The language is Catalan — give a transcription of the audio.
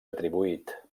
atribuït